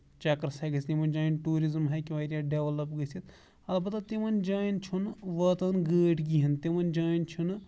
چکرَس ہیٚکہِ گٔژھِتھ یِمن جاین ٹوٗرِزٔم ہیٚکہِ واریاہ ڈٮ۪ولَپ گٔژھِتھ اَلبتہ تِمن جاین چھُ نہٕ واتان گٲڑۍ کِہینۍ تِمن جاین چھُنہٕ